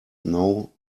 know